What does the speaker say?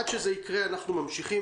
עד שזה יקרה אנחנו ממשיכים.